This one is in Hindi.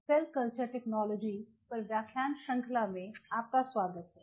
सेल कल्चर टेक्नोलॉजी पर व्याख्यान श्रृंखला में आपका स्वागत है